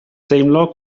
deimlo